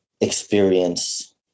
experience